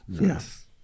yes